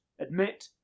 admit